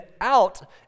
out